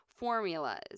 Formulas